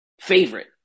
favorite